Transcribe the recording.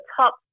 top